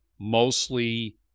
mostly